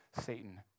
Satan